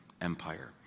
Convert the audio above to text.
Empire